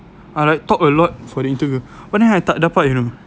I like talk a lot for the interview but then I tak dapat you know